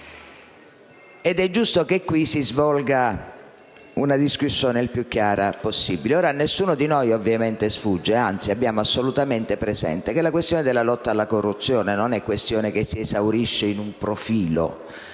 ed è giusto che si svolga una discussione la più chiara possibile. Ora a nessuno di noi ovviamente sfugge, anzi abbiamo assolutamente presente che la questione della lotta alla corruzione non si esaurisce in un profilo.